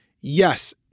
Yes